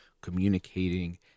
communicating